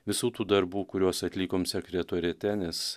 visų tų darbų kuriuos atlikom sekretoriate nes